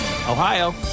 Ohio